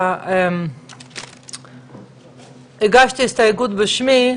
גם לשכלל את הפתרונות הקיימים של ברית הזוגיות והמרשם הקיים,